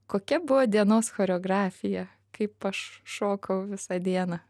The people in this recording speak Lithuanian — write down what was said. kokia buvo dienos choreografija kaip aš šokau visą dieną